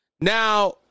Now